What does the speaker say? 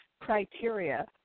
criteria